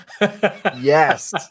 Yes